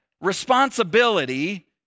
responsibility